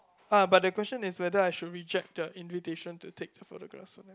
uh but the question is whether I should reject the invitation to take the photographs for them